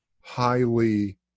highly